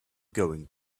going